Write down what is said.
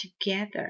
together